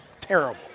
Terrible